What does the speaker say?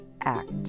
act